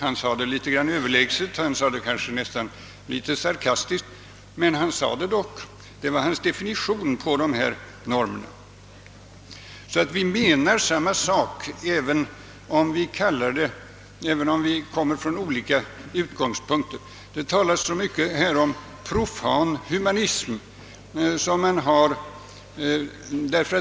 Han sade det kanske litet sarkastiskt, men detta var dock hans definition på dessa normer. Vi menar alltså samma sak, även om vi kommer fram till normerna från olika utgångspunkter. Det talas så mycket om profan humanism.